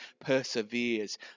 perseveres